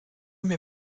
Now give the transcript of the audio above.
mir